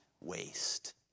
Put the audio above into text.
waste